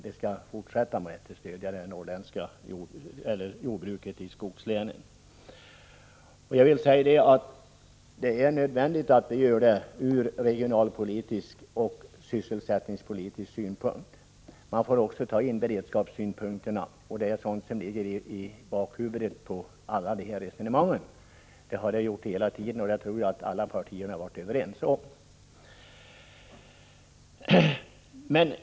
Vi skall fortsätta att stödja jordbruket i Norrland och i skogslänen i övrigt. Det är också nödvändigt att vi gör det ur regionalpolitiska, sysselsättningspolitiska och även beredskapsmässiga synpunkter. Sådana synpunkter har hela tiden varit aktuella i resonemangen på detta område, och jag tror att alla partier har varit överens om detta.